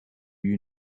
you